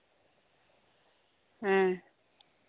ᱦᱮᱸ